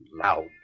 loud